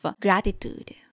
gratitude